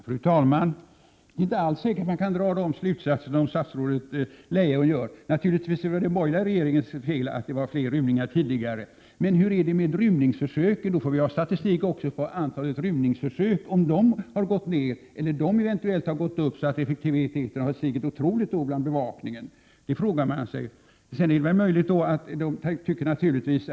Fru talman! Det är inte alls säkert att man kan dra de slutsatser som statsrådet Leijon drar. Naturligtvis är det den borgerliga regeringens fel att flera rymningar skedde tidigare. Men hur är det med rymningsförsöken? Då måste vi föra statistik också över antalet rymningsförsök och se om antalet rymningsförsök har ökat eller minskat och om bevakningens effektivitet har stigit så otroligt.